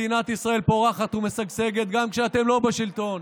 מדינת ישראל פורחת ומשגשגת גם כשאתם לא בשלטון.